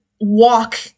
walk